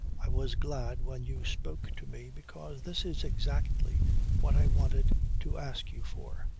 i was glad when you spoke to me because this is exactly what i wanted to ask you for.